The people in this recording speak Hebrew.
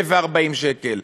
1,040 שקל,